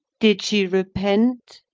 did she repent?